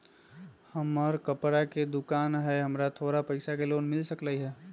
हमर कपड़ा के दुकान है हमरा थोड़ा पैसा के लोन मिल सकलई ह?